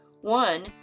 One